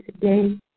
today